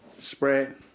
spread